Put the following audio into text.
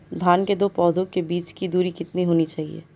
धान के दो पौधों के बीच की दूरी कितनी होनी चाहिए?